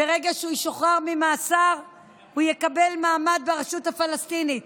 ברגע שהוא ישוחרר ממאסר הוא יקבל מעמד ברשות הפלסטינית.